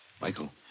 Michael